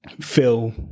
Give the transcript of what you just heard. Phil